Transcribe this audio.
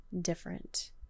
different